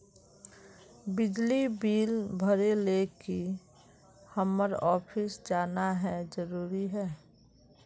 बिजली बिल भरे ले की हम्मर ऑफिस जाना है जरूरी है?